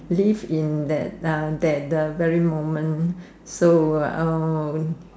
live in that uh that the very moment so um